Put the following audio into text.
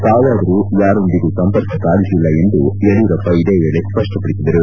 ತಾವಾದರೂ ಯಾರೊಂದಿಗೂ ಸಂಪರ್ಕ ಸಾಧಿಸಿಲ್ಲ ಎಂದು ಯಡಿಯೂರಪ್ಪ ಇದೇ ವೇಳೆ ಸ್ಪಷ್ಟಪಡಿಸಿದರು